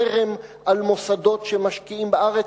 חרם על מוסדות שמשקיעים בארץ.